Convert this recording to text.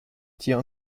tier